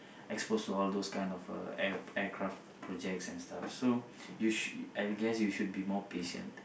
expose to all those kind of uh air~ aircraft projects and stuff so you sh~ I guess you should be more patient